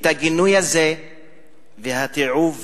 הגינוי הזה ודברי התיעוב